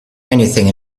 anything